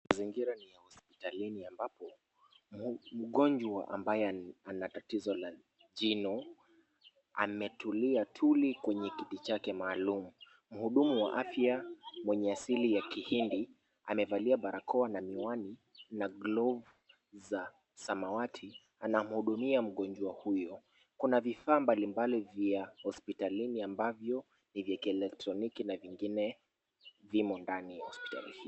Mazingira ni ya hospitalini ambapo mgonjwa ambaye ana tatizo la jino ametulia tuli kwenye kiti chake maalum, mhudumu wa afya, mwenye asili ya kihindi amevalia barakoa na miwani na glavu za samawati, anamhudumia mgonjwa huyo, kuna vifaa mbalimbali vya hospitalini ambavyo ni vya kieletroniki na vingine vimo ndani ya hospitali hii.